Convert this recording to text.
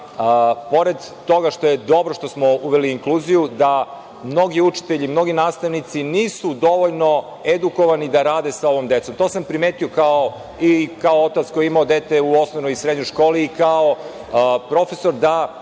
da, pored toga što je dobro što smo uveli inkluziju, da mnogi učitelji, mnogi nastavnici nisu dovoljno edukovani da rade sa ovom decom. To sam primetio i kao otac koji je imao dete u osnovnoj i srednjoj školi i kao profesor da